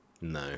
No